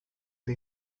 the